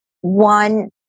One